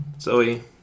Zoe